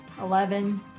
Eleven